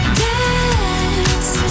dance